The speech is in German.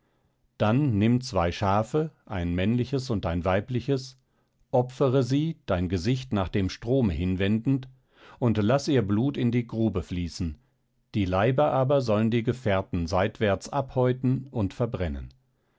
dann nimm zwei schafe ein männliches und ein weibliches opfere sie dein gesicht nach dem strome hinwendend und laß ihr blut in die grube fließen die leiber aber sollen die gefährten seitwärts abhäuten und verbrennen